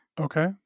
okay